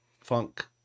funk